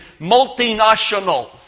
multinational